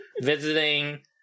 visiting